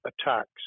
attacks